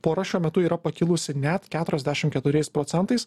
pora šiuo metu yra pakilusi net keturiasdešim keturiais procentais